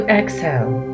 exhale